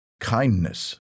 kindness